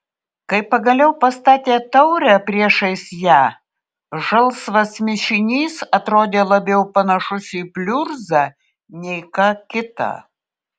kai pagaliau pastatė taurę priešais ją žalsvas mišinys atrodė labiau panašus į pliurzą nei ką kitą